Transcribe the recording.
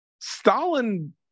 Stalin